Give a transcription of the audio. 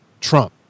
Trump